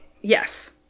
Yes